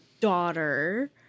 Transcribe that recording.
daughter